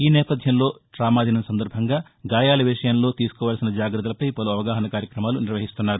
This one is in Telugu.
ఈ నేపథ్యంలో ట్రామా దినం సందర్భంగా గాయాల విషయంలో తీసుకోవాల్సిన జాగ్రత్తలపై పలు అవగాహస కార్యక్రమాలు నిర్వహిస్తున్నారు